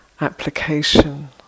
application